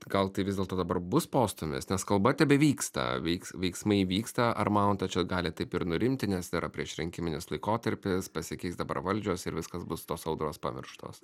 gal tai vis dėlto dabar bus postūmis nes kalba tebevyksta veiks veiksmai vyksta ar manot kad čia gali taip ir nurimti nes yra priešrinkiminis laikotarpis pasikeis dabar valdžios ir viskas bus tos audros pamirštos